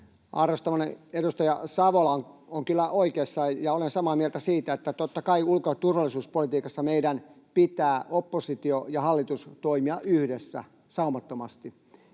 Arvostamani edustaja Savola on kyllä oikeassa, ja olen samaa mieltä siitä, että totta kai ulko- ja turvallisuuspolitiikassa meidän pitää, oppositio ja hallitus, toimia yhdessä, saumattomasti.